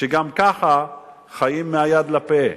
שגם ככה חיות מהיד לפה.